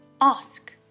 Ask